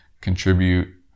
contribute